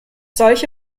solche